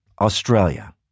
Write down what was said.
Australia